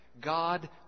God